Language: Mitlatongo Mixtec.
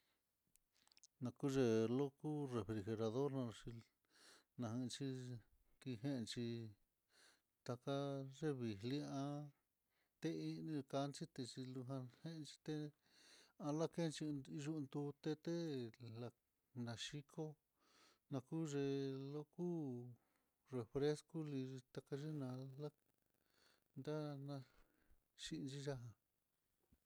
Nakuye loko refri or chí nanxhi kikenxhi, taka yeviix liá tein kanxhi texhix lujan ité há kenxhi lutú, tete la naxhikó, kuyé'e luku refresco li'i takaxhinada ndana xhinxhi ya'á.